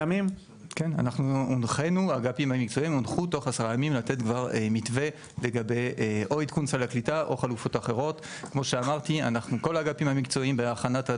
אנחנו מיעוט בתוך המיעוט בתוך ים של עולים מרוסיה ואוקראינה אבל